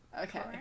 okay